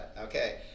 Okay